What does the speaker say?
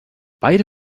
beide